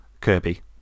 Kirby